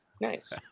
Nice